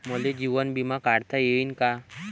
मले जीवन बिमा काढता येईन का?